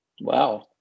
Wow